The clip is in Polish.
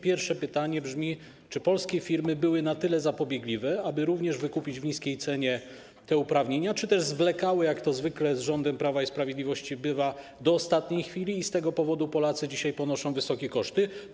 Pierwsze pytanie brzmi: Czy polskie firmy były na tyle zapobiegliwe, aby również wykupić te uprawnienia po niskiej cenie, czy też zwlekały, jak to zwykle bywa z rządem Prawa i Sprawiedliwości, do ostatniej chwili i z tego powodu Polacy dzisiaj ponoszą wysokie koszty?